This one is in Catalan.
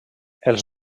els